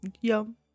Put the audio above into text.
Yum